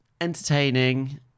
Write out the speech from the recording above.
entertaining